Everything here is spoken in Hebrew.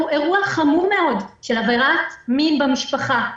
אירוע חמור מאוד של עבירת מין במשפחה,